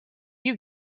you